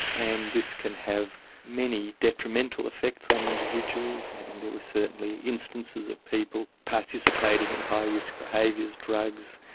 and this can have many detrimental effects on individuals. and there were certainly instances of people participating in high risk behaviours, drugs,